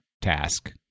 task